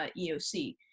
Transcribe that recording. EOC